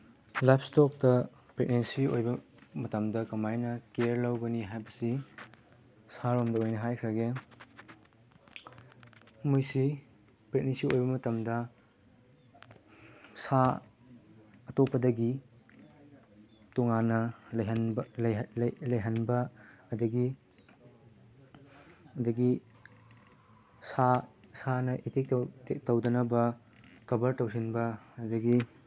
life ꯏꯁꯇꯣꯛꯇ pregnancy ꯑꯣꯏꯕ ꯃꯇꯝꯗ ꯀꯃꯥꯏꯅ ꯀꯤꯌꯔ ꯂꯧꯒꯅꯤ ꯍꯥꯏꯕꯁꯤ ꯁꯥꯔꯣꯝꯗ ꯑꯣꯏꯅ ꯍꯥꯏꯈ꯭ꯔꯒꯦ ꯃꯣꯏꯁꯤ ꯄ꯭ꯔꯦꯒꯅꯦꯟꯁꯤ ꯑꯣꯏꯕ ꯃꯇꯝꯗ ꯁꯥ ꯑꯇꯣꯞꯄꯗꯒꯤ ꯇꯣꯉꯥꯟꯅ ꯂꯩꯍꯟꯕ ꯑꯗꯒꯤ ꯑꯗꯒꯤ ꯁꯥ ꯁꯥꯅ ꯑꯇꯦꯛ ꯑꯦꯇꯦꯛ ꯇꯧꯗꯅꯕ ꯀꯕꯔ ꯇꯧꯁꯤꯟꯕ ꯑꯗꯒꯤ